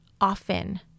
often